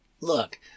look